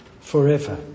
forever